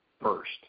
first